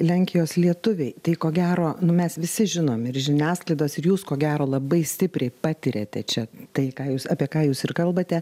lenkijos lietuviai tai ko gero nu mes visi žinom ir žiniasklaidos ir jūs ko gero labai stipriai patiriate čia tai ką jūs apie ką jūs ir kalbate